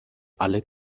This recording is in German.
alle